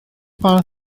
barn